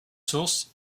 sources